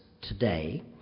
today